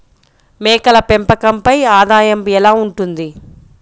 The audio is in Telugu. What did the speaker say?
మేకల పెంపకంపై ఆదాయం ఎలా ఉంటుంది?